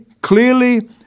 clearly